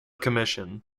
commission